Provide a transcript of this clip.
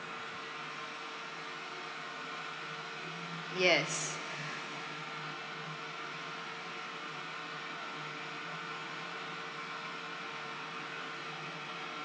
yes